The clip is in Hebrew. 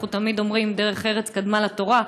אנחנו תמיד אומרים שדרך ארץ קדמה לתורה,